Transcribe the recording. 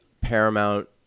Paramount